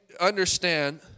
understand